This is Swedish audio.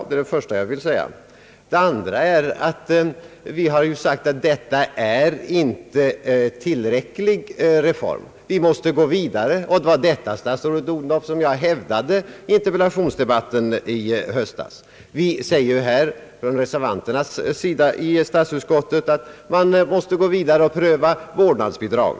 Det är det första jag vill säga. Det andra är att vi nu har sagt att detta icke är en tillräcklig reform utan att vi måste gå vidare. Det var detta, statsrådet Odhnoff, som jag hävdade i interpellationsdebatten i höstas. Reservanterna i statsutskottet säger att man måste gå vidare och pröva vård nadsbidrag.